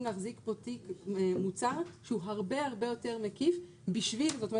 להחזיק פה תיק מוצר שהוא הרבה הרבה יותר מקיף בשביל זאת אומרת,